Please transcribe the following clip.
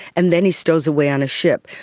and then he stows away on a ship.